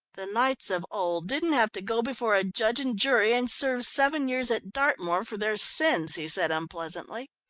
the knights of old didn't have to go before a judge and jury and serve seven years at dartmoor for their sins, he said unpleasantly.